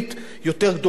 אדוני שר האוצר,